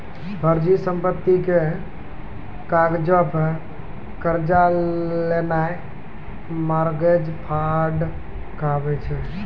फर्जी संपत्ति के कागजो पे कर्जा लेनाय मार्गेज फ्राड कहाबै छै